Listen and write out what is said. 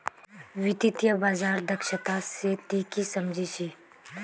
वित्तीय बाजार दक्षता स ती की सम झ छि